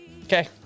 Okay